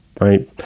right